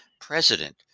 president